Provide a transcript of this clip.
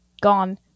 gone